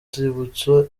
nzibutso